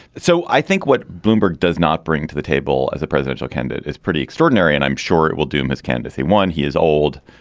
so i think what bloomberg does not bring to the table as a presidential candidate is pretty extraordinary and i'm sure it will doom his candidacy when he is old.